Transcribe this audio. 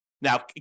Now